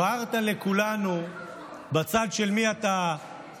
הבהרת לכולנו בצד של מי אתה תומך,